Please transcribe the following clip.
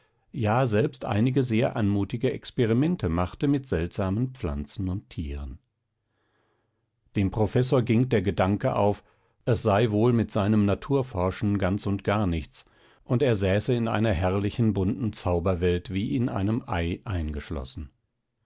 ja selbst einige sehr anmutige experimente machte mit seltsamen pflanzen und tieren dem professor ging der gedanke auf es sei wohl mit seinem naturforschen ganz und gar nichts und er säße in einer herrlichen bunten zauberwelt wie in einem ei eingeschlossen